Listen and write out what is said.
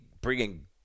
bringing